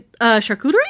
charcuterie